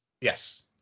Yes